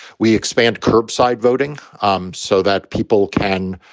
we expand curbside voting um so that people can